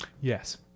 Yes